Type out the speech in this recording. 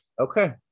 Okay